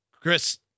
Chris